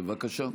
בבקשה.